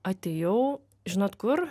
atėjau žinot kur